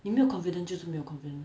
你没有 confidence 就是没有 confidence